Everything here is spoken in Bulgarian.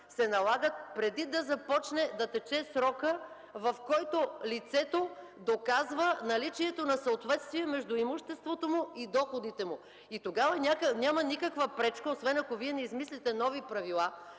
се налагат преди да започне да тече срокът, в който лицето доказва наличието на съответствие между имуществото и доходите му. И тогава няма никаква пречка, освен ако Вие не измислите нови правила,